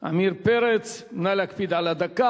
עמיר פרץ, נא להקפיד על הדקה.